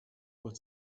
what